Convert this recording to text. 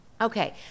Okay